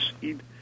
seed